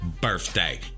birthday